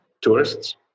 tourists